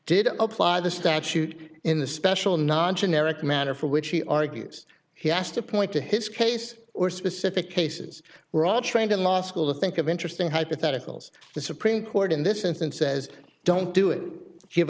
did apply the statute in the special non generic matter for which he argues he has to point to his case or specific cases raj trained in law school to think of interesting hypotheticals the supreme court in this instance says don't do it give